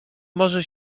może